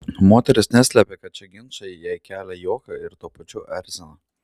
moteris neslepia kad šie ginčai jai kelia juoką ir tuo pačiu erzina